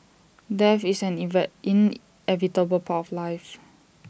death is an inevitable part of life